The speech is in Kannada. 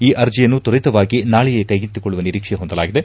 ಈ ಅರ್ಜಿಯನ್ನು ತ್ವರಿತವಾಗಿ ನಾಳೆಯೇ ಕೈಗೆತ್ತಿಕೊಳ್ಳುವ ನಿರೀಕ್ಷೆ ಹೊಂದಲಾಗಿದೆ